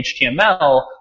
HTML